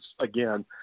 again